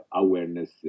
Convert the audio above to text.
awareness